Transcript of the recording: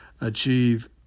achieve